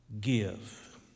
give